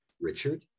Richard